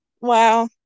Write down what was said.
wow